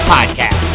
Podcast